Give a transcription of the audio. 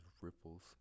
ripples